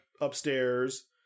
upstairs